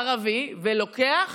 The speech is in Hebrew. ערבי, ולוקח